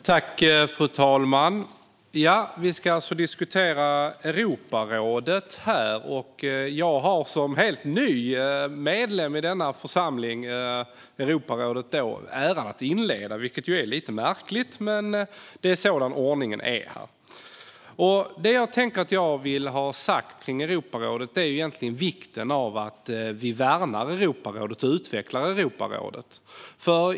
Fru talman! Vi ska diskutera Europarådet här. Jag har som helt ny medlem i denna församling, Europarådet, äran att inleda. Det är lite märkligt, men det är sådan ordningen är. Det jag vill ha sagt när det gäller Europarådet handlar egentligen om vikten av att vi värnar och utvecklar Europarådet.